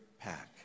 pack